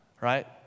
right